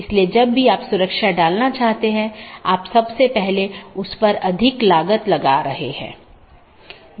इन मार्गों को अन्य AS में BGP साथियों के लिए विज्ञापित किया गया है